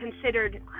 considered